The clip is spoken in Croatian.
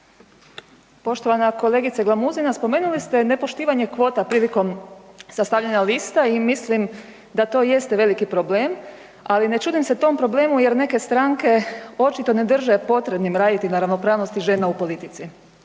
Poštovana kolegice Glamuzina spomenuli ste nepoštivanje kvota prilikom sastavljanja lista i mislim da to jeste veliki problem, ali ne čudim se tom problemu jer neke stranke očito ne drže potrebnim raditi na ravnopravnosti žena u politici.